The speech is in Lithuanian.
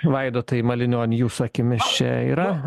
vaidotai malinioni jūsų akimis čia yra